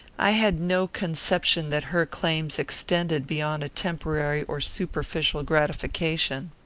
i had no conception that her claims extended beyond a temporary or superficial gratification.